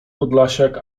podlasiak